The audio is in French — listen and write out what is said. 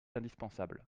indispensable